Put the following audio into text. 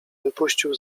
wypuścił